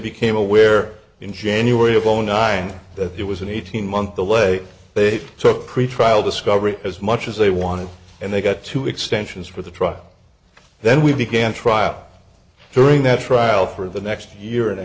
became aware in january of zero nine that it was an eighteen month the way they took pretrial discovery as much as they wanted and they got two extensions for the trial then we began trial during that trial for the next year and a